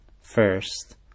first